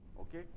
okay